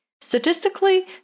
Statistically